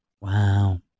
Wow